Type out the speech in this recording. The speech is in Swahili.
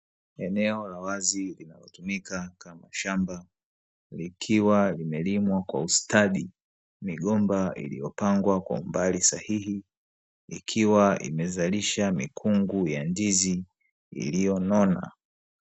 Eneo la wazi linalotumika kama shamba, likiwa limelimwa kwa ustadi, migomba iliyopangwa kwa umbali sahihi, ikiwa imezalisha mikungu ya ndizi iliyonona.